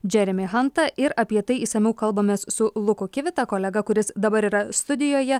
džeremį hantą ir apie tai išsamiau kalbamės su luku kivita kolega kuris dabar yra studijoje